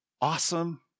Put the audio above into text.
awesome